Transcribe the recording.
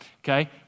okay